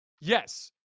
yes